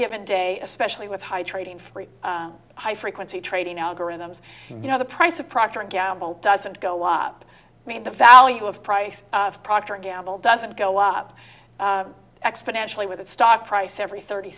given day especially with high trading free high frequency trading algorithms you know the price of procter and gamble doesn't go up i mean the value of price of proctor and gamble doesn't go up exponentially with the stock price every thirty